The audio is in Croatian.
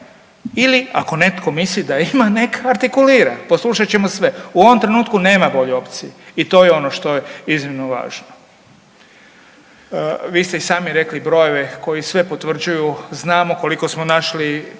ili ako netko misli da ima neka artikulira, poslušat ćemo sve. U ovom trenutku i nema bolje opcije i to je ono što je iznimno važno. Vi ste i sami rekli brojeve koji sve potvrđuju, znamo kliko smo našli